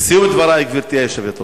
לסיום דברי, גברתי היושבת-ראש.